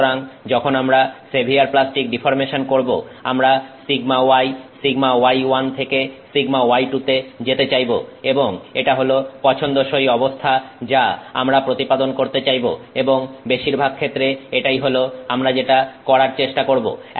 সুতরাং যখন আমরা সেভিয়ার প্লাস্টিক ডিফর্মেশন করব আমরা σy σy1 থেকে σy2 তে যেতে চাইবো এবং এটা হল পছন্দসই অবস্থা যা আমরা প্রতিপাদন করতে চাইবো এবং বেশিরভাগ ক্ষেত্রে এটাই হলো আমরা যেটা করার চেষ্টা করব